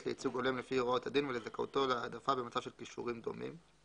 לייצוג הולם לפי הוראות הדין ולזכאותו להעדפה במצב של כישורים דומים,